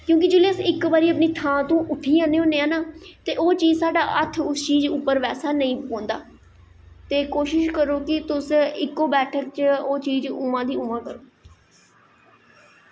क्योंकि जेल्लै अस इक बारी अपनी थां उप्परा उट्ठी जन्ने होन्ने आं ना ते ओह् चीज़ उप्पर साढ़ा हत्थ बैसा नेईं पौंदा ते कोशिश करो कि तुस इक्को बैठक च ओह् चीज़ उ'आं गै उ'आं करो